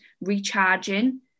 recharging